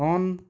on